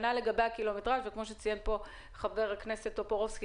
וכמו שציין פה חבר הכנסת טופורובסקי,